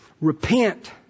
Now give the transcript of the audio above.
repent